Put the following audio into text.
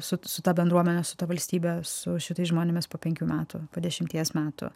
su ta bendruomene su ta valstybe su šitais žmonėmis po penkių metų po dešimties metų